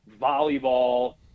volleyball